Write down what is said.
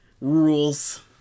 rules